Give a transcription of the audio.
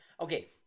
Okay